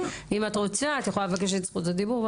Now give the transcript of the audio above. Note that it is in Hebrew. אם את רוצה את יכולה לבקש את זכות הדיבור.